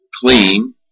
clean